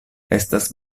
estas